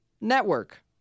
Network